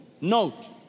Note